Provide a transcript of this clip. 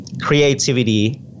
Creativity